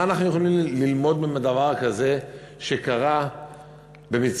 מה אנחנו יכולים ללמוד מדבר כזה שקרה במצרים?